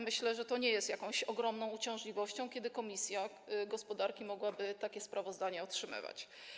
Myślę, że to nie jest jakąś ogromną uciążliwością, żeby komisja gospodarki mogła takie sprawozdania otrzymywać.